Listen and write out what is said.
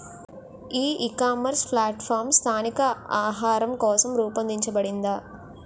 ఈ ecommerce platform స్థానిక ఆహారం కోసం రూపొందించబడిందా?